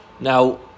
Now